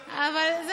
צרפת,